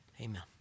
amen